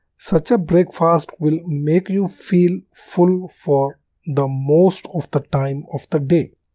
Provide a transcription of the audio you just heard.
such a breakfast will make you feel full for the most of the time of the day.